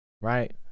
right